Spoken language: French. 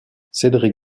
cédric